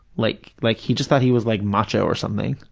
like like, he just thought he was like macho or something.